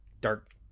dark